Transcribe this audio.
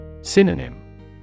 Synonym